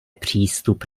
přístup